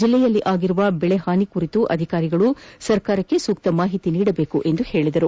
ಜಿಲ್ಲೆಯಲ್ಲಾಗಿರುವ ದೆಳೆ ಹಾನಿ ಕುರಿತು ಅಧಿಕಾರಿಗಳು ಸರ್ಕಾರಕ್ಷೆ ಸೂಕ್ತ ಮಾಹಿತಿ ನೀಡಬೇಕು ಎಂದರು